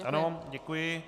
Ano, děkuji.